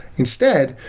instead,